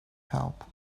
help